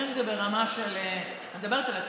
אני מדברת על עצמי,